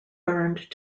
burned